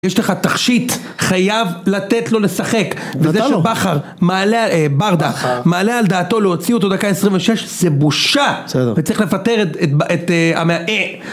יש לך תכשיט, חייב לתת לו לשחק, נתן לו! וזה שבכר, מעלה על, ברדה, מעלה על דעתו להוציא אותו דקה 26, זה בושה! בסדר. אני צריך לפטר את... את...